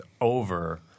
over